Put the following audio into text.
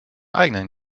eigenen